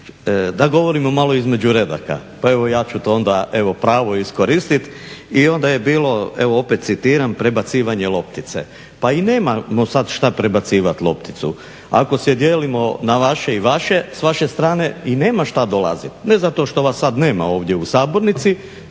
Da govorimo malo između redaka. Pa evo ja ću to onda evo pravo iskoristiti. I onda je bilo evo opet citiram: "prebacivanje loptice". Pa i nemamo sad što prebacivati lopticu. Ako se dijelimo na vaše i naše s vaše strane i nema što dolaziti. Ne zato što vas sad nema ovdje u sabornici